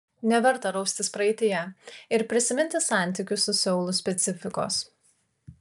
neverta raustis praeityje ir prisiminti santykių su seulu specifikos